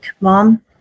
mom